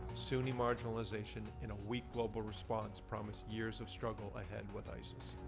sunni marginalization and a weak global response promise years of struggle ahead with isis.